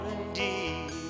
indeed